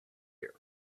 here